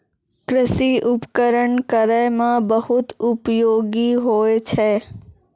कृषि उपकरण खेती करै म बहुत उपयोगी होय छै